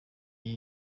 gihe